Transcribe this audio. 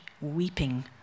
weeping